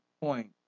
point